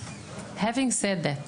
לאחר שאמרתי זאת,